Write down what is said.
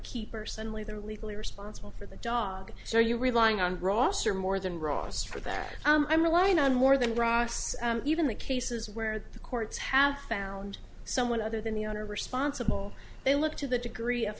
keeper suddenly they're legally responsible for the dog so you're relying on rosser more than ross for that i'm relying on more than bras even the cases where the courts have found someone other than the owner responsible they look to the degree of